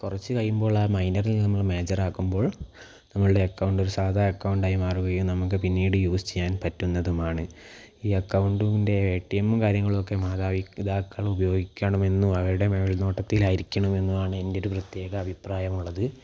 കുറച്ച് കഴിയുമ്പോളാ മൈനറിൽ നിന്നും മേജർ ആക്കുമ്പോൾ നമ്മുടെ അക്കൗണ്ട് ഒരു സാധാ അക്കൗണ്ടായി മാറുകയും നമുക്ക് പിന്നീട് യൂസ് ചെയ്യാൻ പറ്റുന്നതുമാണ് ഈ അക്കൗണ്ടിൻറ്റെ എ ടി എം കാര്യങ്ങളുമൊക്കെ മാതാപിതാക്കളുപയോഗിക്കണമെന്നും അവരുടെ മേൽനോട്ടത്തിൽ ആയിരിക്കണമെന്നുമാണ് എന്റെയൊരു പ്രത്യേക അഭിപ്രായമുള്ളത്